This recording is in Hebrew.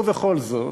ובכל זאת,